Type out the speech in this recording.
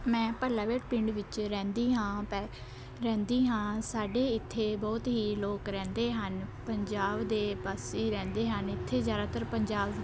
ਮੈਂ ਭੱਲਾ ਬੇਟ ਪਿੰਡ ਵਿੱਚ ਰਹਿੰਦੀ ਹਾਂ ਪੈ ਰਹਿੰਦੀ ਹਾਂ ਸਾਡੇ ਇੱਥੇ ਬਹੁਤ ਹੀ ਲੋਕ ਰਹਿੰਦੇ ਹਨ ਪੰਜਾਬ ਦੇ ਪਾਸੇ ਰਹਿੰਦੇ ਹਨ ਇੱਥੇ ਜ਼ਿਆਦਾਤਰ ਪੰਜਾਬ